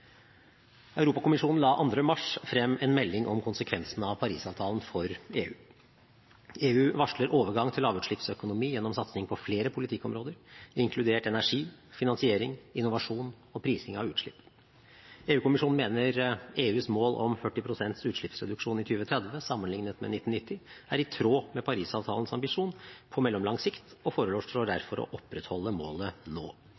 Europakommisjonen la 2. mars frem en melding om konsekvensene av Paris-avtalen for EU. EU varsler overgang til lavutslippsøkonomi gjennom satsing på flere politikkområder, inkludert energi, finansiering, innovasjon og prising av utslipp. EU-kommisjonen mener EUs mål om 40 pst. utslippsreduksjon i 2030 sammenliknet med 1990 er i tråd med Paris-avtalens ambisjon på mellomlang sikt og foreslår derfor å opprettholde målet nå.